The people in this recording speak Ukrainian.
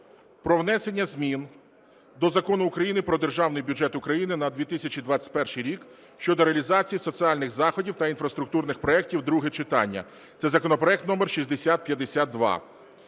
про внесення змін до Закону України "Про Державний бюджет України на 2021 рік" щодо реалізації соціальних заходів та інфраструктурних проектів (друге читання). Це законопроект № 6052.